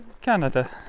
Canada